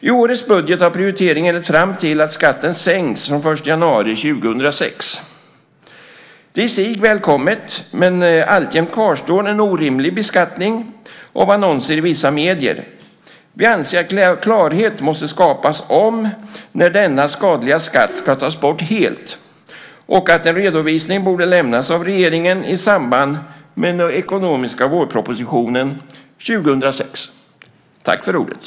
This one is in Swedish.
I årets budget har prioriteringen lett fram till skatten sänks från den 1 januari 2006. Det är i sig välkommet, men alltjämt kvarstår en orimlig beskattning av annonser i vissa medier. Vi anser att klarhet måste skapas om när denna skadliga skatt ska tas bort helt och att en redovisning borde lämnas av regeringen i samband med ekonomiska vårpropositionen år 2006.